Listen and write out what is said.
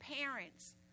parents